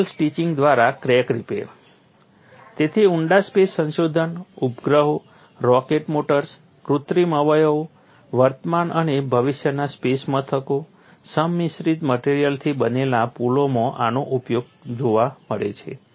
metal stitching દ્વારા crack repair તેથી ઊંડા સ્પેસ સંશોધન ઉપગ્રહો રોકેટ મોટર્સ કૃત્રિમ અવયવો વર્તમાન અને ભવિષ્યના સ્પેસ મથકો સંમિશ્રિત મટેરીઅલથી બનેલા પુલોમાં આનો ઉપયોગ જોવા મળે છે